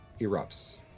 erupts